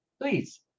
please